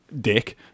dick